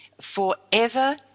forever